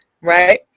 right